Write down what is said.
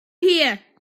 here